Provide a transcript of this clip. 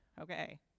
Okay